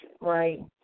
right